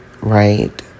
right